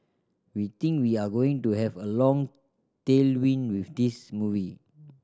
we think we are going to have a long tailwind with this movie